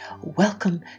Welcome